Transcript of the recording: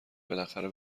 بالاخره